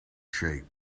shape